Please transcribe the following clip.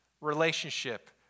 relationship